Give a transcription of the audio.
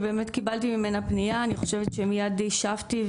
שקיבלתי ממנה פניה אני חושבת שמיד השבתי.